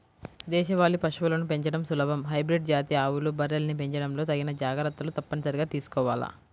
దేశవాళీ పశువులను పెంచడం సులభం, హైబ్రిడ్ జాతి ఆవులు, బర్రెల్ని పెంచడంలో తగిన జాగర్తలు తప్పనిసరిగా తీసుకోవాల